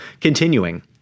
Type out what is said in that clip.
Continuing